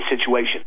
situation